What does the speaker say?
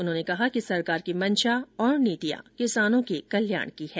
उन्होंने कहा कि सरकार की मंशा और नीतियां किसानों के कल्याण की हैं